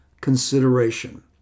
consideration